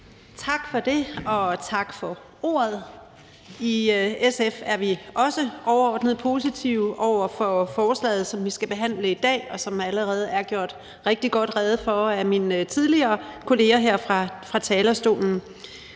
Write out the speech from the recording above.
Andersen (SF): Tak for ordet. I SF er vi også overordnet positive over for forslaget, som vi skal behandle i dag, og som der allerede tidligere er blevet gjort rigtig godt rede for af mine kolleger her fra talerstolen.